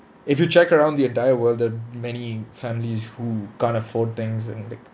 if you check around the entire world the many families who can't afford things and like